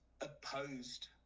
opposed